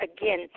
again